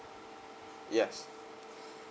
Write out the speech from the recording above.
yes